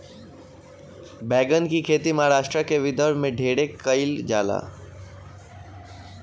बैगन के खेती महाराष्ट्र के विदर्भ में ढेरे कईल जाला